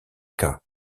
cas